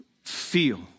feel